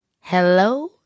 hello